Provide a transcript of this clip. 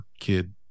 kid